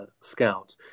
Scout